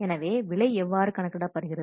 எனவே விலை எவ்வாறு கணக்கிடப்படுகிறது